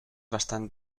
bastant